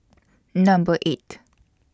Number eight